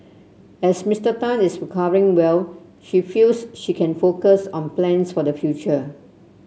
as Mister Tan is recovering well she feels she can focus on plans for the future